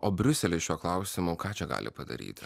o briuselis šiuo klausimu ką čia gali padaryti